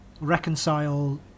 reconcile